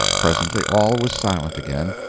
presently all was silent again,